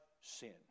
sin